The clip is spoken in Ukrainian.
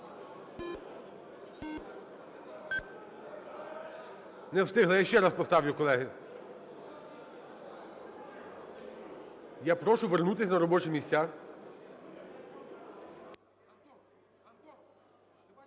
Не встигли. Я ще раз поставлю, колеги. Я прошу вернутися на робочі місця.